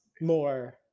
more